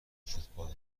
فوتبال